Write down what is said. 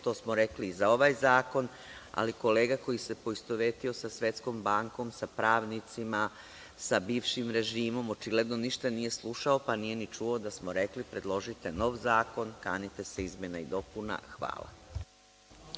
To smo rekli i za ovaj zakon, ali kolega koji se poistovetio sa Svetskom bankom, sa pravnicima, sa bivšim režimom, očigledno nije ništa slušao, pa nije ni čuo da smo rekli, predložite nov zakon, kanite se izmena i dopuna zakona.